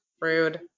rude